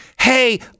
hey